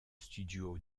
studio